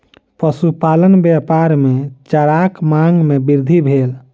पशुपालन व्यापार मे चाराक मांग मे वृद्धि भेल